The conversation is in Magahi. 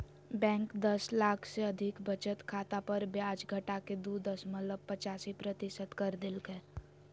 बैंक दस लाख से अधिक बचत खाता पर ब्याज घटाके दू दशमलब पचासी प्रतिशत कर देल कय